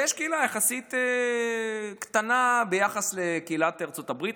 יש קהילה קטנה יחסית ביחס לקהילת ארצות הברית,